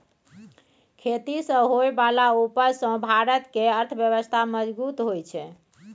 खेती सँ होइ बला उपज सँ भारत केर अर्थव्यवस्था मजगूत होइ छै